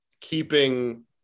keeping